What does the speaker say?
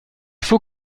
faut